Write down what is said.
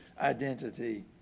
identity